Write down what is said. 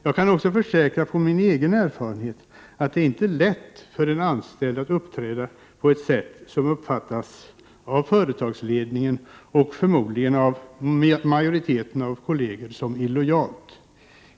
Jag kan också försäkra från min egen erfarenhet att det inte är lätt för en anställd att uppträda på ett sätt som uppfattas av företagsledningen och förmodligen av majoriteten av kolleger som illojalt.